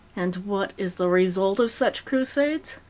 and what is the result of such crusades?